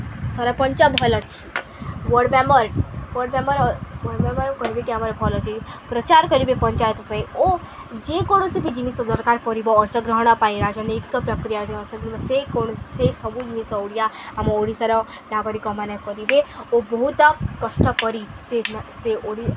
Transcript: ସରପଞ୍ଚ ଭଲ ଅଛି ward member ward member ward member କରିବେଟି ଆମର ଭଲ ଅଛି ପ୍ରଚାର କରିବେ ପଞ୍ଚାୟତ ପାଇଁ ଓ ଯେକୌଣସି ବି ଜିନିଷ ଦରକାର କରିବ ଅଂଶଗ୍ରହଣ ପାଇଁ ରାଜନୈତିତ ପ୍ରକ୍ରିୟା ଅଂଗ୍ରହଣ ସେ କୌଣସି ସେ ସବୁ ଜିନିଷ ଓଡ଼ିଆ ଆମ ଓଡ଼ିଶାର ନାଗରିକମାନେ କରିବେ ଓ ବହୁତ କଷ୍ଟ କରି ସେ ସେ